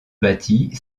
bâti